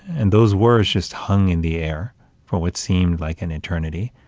and those words just hung in the air for what seemed like an eternity.